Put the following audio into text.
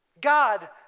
God